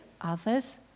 others